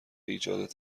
ایجاد